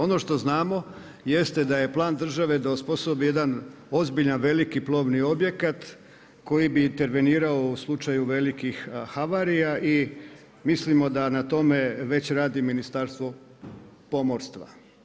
Ono što znamo jeste da je plan države da osposobi jedan ozbiljan, veliki plovni objekat koji bi intervenirao u slučaju velikih havarija i mislimo da na tome već radi Ministarstvo pomorstva.